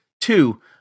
two